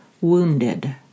wounded